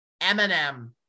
Eminem